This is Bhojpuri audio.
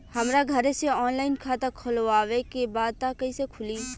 हमरा घरे से ऑनलाइन खाता खोलवावे के बा त कइसे खुली?